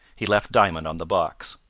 he left diamond on the box.